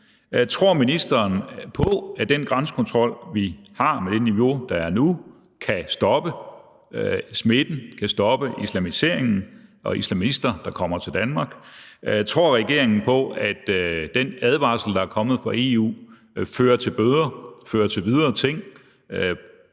Tror ministeren på, at den grænsekontrol, vi har, med det niveau, der er nu, kan stoppe smitten, kan stoppe islamiseringen og islamister, der kommer til Danmark? Tror regeringen på, at den advarsel, der er kommet fra EU, fører til bøder, fører til andre ting